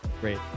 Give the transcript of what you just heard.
Great